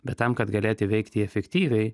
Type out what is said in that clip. bet tam kad galėti veikti efektyviai